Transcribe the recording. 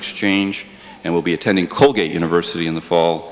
exchange and will be attending colgate university in the fall